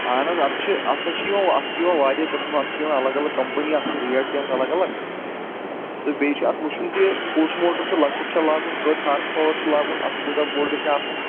اَہَن حظ اَتھ چھِ اَتھ حظ چھِ یِوان اتھ چھِ یِوان واریاہ قٕسمہٕ اَتھ چھِ یِوان اَلگ اَلگ کَمپٕنی اَتھ چھِ ریٹ تہِ حظ الگ الگ تہٕ بیٚیہِ چھُ اَتھ وُچھُن کہِ کُس موٹُر چھُ لۅکُٹ چھا لگاوُن کٔژ ہارٕس پاوَر چھُ لگاوُن اَتھ کوتاہ بوٚڈ گَژھِ آسُن